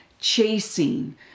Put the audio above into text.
chasing